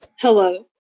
Hello